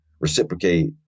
reciprocate